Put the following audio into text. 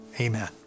amen